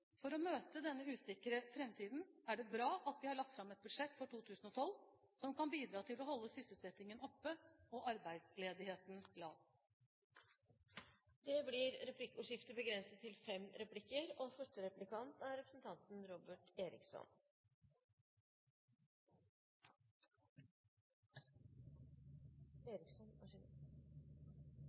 For å møte denne usikre framtiden er det bra at vi har lagt fram et budsjett for 2012 som kan bidra til å holde sysselsettingen oppe og arbeidsledigheten lav. Det blir replikkordskifte.